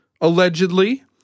allegedly